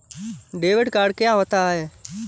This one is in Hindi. डेबिट कार्ड क्या होता है?